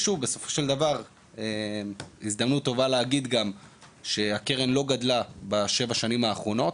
זאת הזדמנות טובה גם להגיד שהקרן לא גדלה בשבע השנים האחרונות.